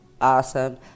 Awesome